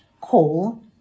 call